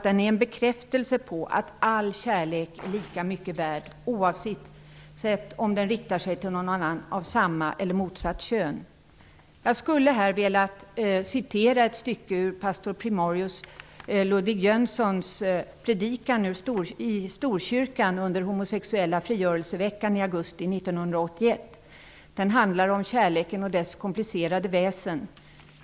Den är en bekräftelse på att all kärlek är lika mycket värd, oavsett om den riktar sig till någon av samma eller motsatt kön. Jag skulle vilja citera ett stycke ur pastor primarius Ludvig Jönssons predikan i Storkyrkan under den homosexuella frigörelseveckan i augusti 1981. Den handlar om kärleken och dess komplicerade väsen.